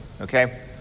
Okay